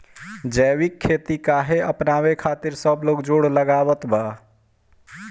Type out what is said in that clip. जैविक खेती काहे अपनावे खातिर सब लोग जोड़ लगावत बा?